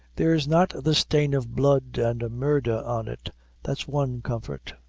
there's not the stain of blood and murdher on it that's one comfort.